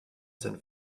sein